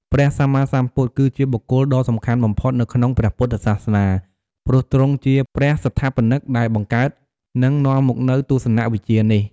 ព្រះសម្មាសម្ពុទ្ធ គឺជាបុគ្គលដ៏សំខាន់បំផុតនៅក្នុងព្រះពុទ្ធសាសនា ព្រោះទ្រង់ជា ព្រះសង្ថាបនិក ដែលបានបង្កើត និងនាំមកនូវទស្សនវិជ្ជានេះ។